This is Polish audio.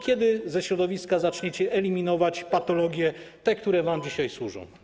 Kiedy ze środowiska zaczniecie eliminować te patologie, które wam dzisiaj służą?